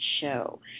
show